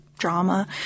drama